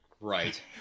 Right